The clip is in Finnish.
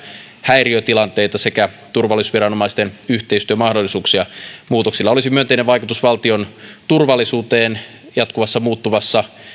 häiriötilanteita sekä turvallisuusviranomaisten yhteistyömahdollisuuksia muutoksilla olisi myönteinen vaikutus valtion turvallisuuteen jatkuvasti muuttuvassa